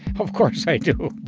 of course, i do.